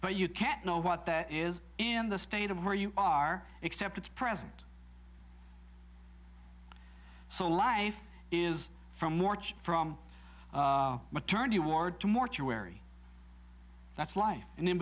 but you can't know what that is in the state of where you are except its present so life is from watch from maternity ward to mortuary that's life